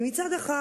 מצד אחד,